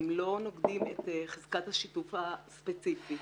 הם לא נוגדים את חזקת השיתוף הספציפי.